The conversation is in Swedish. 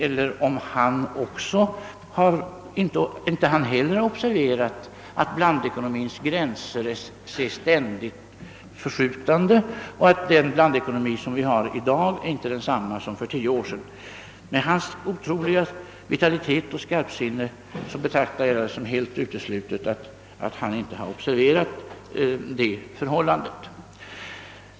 Jag vet inte om inte heller Wigforss har observerat att blandekonomins gränser ständigt förskjuts och att den blandekonomi som vi har i dag inte är densamma som för tio år sedan, men med tanke på hans otroliga vitalitet och skarpsinne betraktar jag det som helt uteslutet att han inte har uppmärksammat det förhållandet.